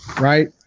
right